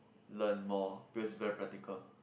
learn more because it's very practical